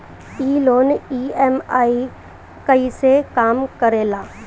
ई loan EMI कईसे काम करेला?